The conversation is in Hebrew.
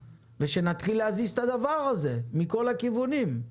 ושנתחיל להזיז את הדבר הזה מכל הכיוונים.